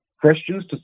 Christians